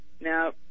Now